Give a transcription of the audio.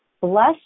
bless